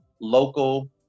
local